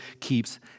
keeps